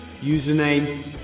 Username